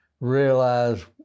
realize